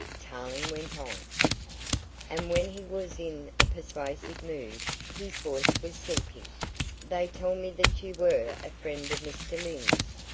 tarling went on and when he was in a persuasive mood his voice was silky they tell me that you were a friend of mr. lyne's.